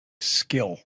skill